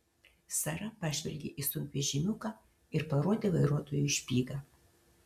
sara pažvelgė į sunkvežimiuką ir parodė vairuotojui špygą